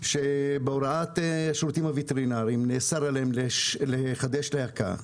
שבהוראת השירותים הווטרינרים נאסר עליהם לחדש להקה.